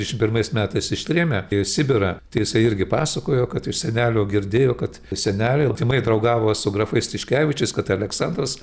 dvidešim pirmais metais ištrėmę į sibirą tai jisai irgi pasakojo kad iš senelio girdėjo kad seneliai artimai draugavo su grafais tiškevičiais kad aleksandras